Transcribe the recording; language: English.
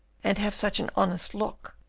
and have such an honest look,